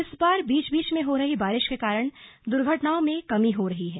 इस बार बीच बीच में हो रही बारिश के कारण दुर्घटनाएं कम हो रही हैं